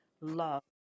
love